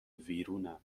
ویرونم